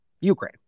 Ukraine